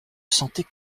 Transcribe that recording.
sentais